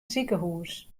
sikehûs